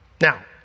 Now